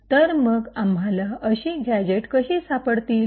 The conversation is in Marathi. तर मग आम्हाला अशी गॅझेट कशी सापडतील